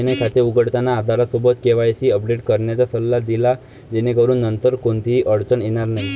जयने खाते उघडताना आधारसोबत केवायसी अपडेट करण्याचा सल्ला दिला जेणेकरून नंतर कोणतीही अडचण येणार नाही